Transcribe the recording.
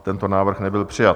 Tento návrh nebyl přijat.